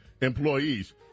employees